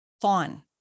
fawn